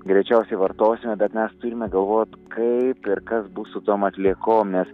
greičiausiai vartosime bet mes turime galvot kaip ir kas bus su tom atliekom nes